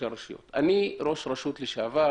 אני ראש רשות לשעבר